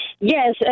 Yes